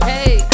Hey